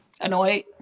annoyed